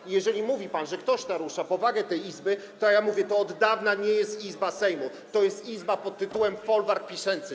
I jeżeli mówi pan, że ktoś narusza powagę tej Izby, to ja mówię: to od dawna nie jest Izba Sejmu, to jest izba pt. folwark PiS-ęcy.